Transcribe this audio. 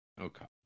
Okay